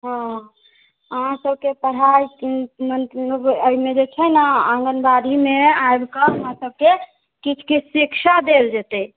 ओ अहाँ सबके पढ़ाइ एहिमे जे छै ने आङ्गनबाड़ीमे आबिकऽ अहाँ सबके किछु किछु शिक्षा देल जेतै